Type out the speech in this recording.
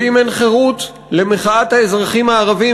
ואם אין חירות למחאת האזרחים הערבים,